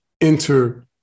enter